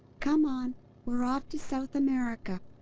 come on we're off to south america!